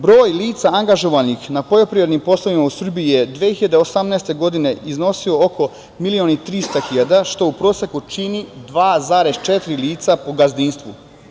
Broj lica angažovanih na poljoprivrednim poslovima u Srbiji je 2018. godine iznosio oko milion i trista hiljada, što u proseku čini 2,4 lica po gazdinstvu.